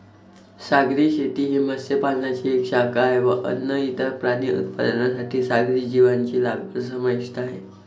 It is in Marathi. सागरी शेती ही मत्स्य पालनाची एक शाखा आहे व अन्न, इतर प्राणी उत्पादनांसाठी सागरी जीवांची लागवड समाविष्ट आहे